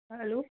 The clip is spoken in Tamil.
ஆ ஹலோ